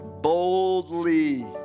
boldly